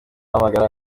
bahamagara